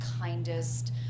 kindest